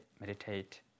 Meditate